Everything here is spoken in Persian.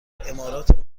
امارات